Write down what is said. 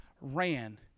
ran